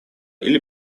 или